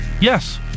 Yes